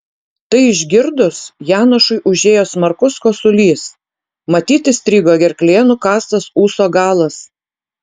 tai išgirdus janošui užėjo smarkus kosulys matyt įstrigo gerklėje nukąstas ūso galas